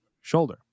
shoulder